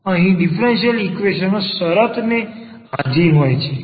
અહીં differential equation શરતોને આધીન હોય છે